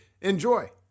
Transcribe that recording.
Enjoy